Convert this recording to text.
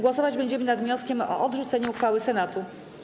Głosować będziemy nad wnioskiem o odrzucenie uchwały Senatu.